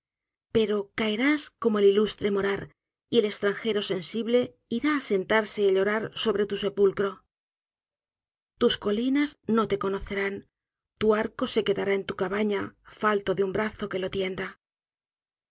pero caerás como el ilustre morar y el estranjero sensible ira á sentarse y á llorar sobre tu sepulcro tus colinas no te conocerán tu arco se quedará en tu cabana falto de un brazo que lo tienda